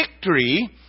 victory